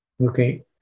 Okay